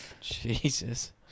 Jesus